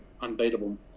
unbeatable